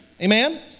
Amen